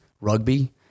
rugby